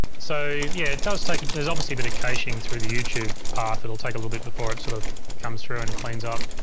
so yeah it does take, there's obviously bit of caching through the youtube path. it'll take a little bit before it sort of comes through and cleans up.